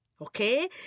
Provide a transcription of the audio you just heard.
okay